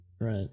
right